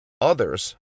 others